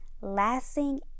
lasting